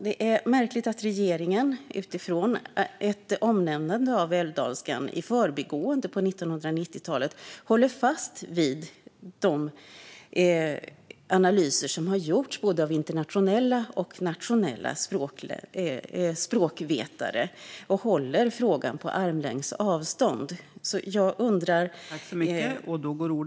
Det är märkligt att regeringen utifrån ett omnämnande av älvdalskan i förbigående på 1990-talet håller de analyser som har gjorts av både internationella och nationella språkvetare på armlängds avstånd.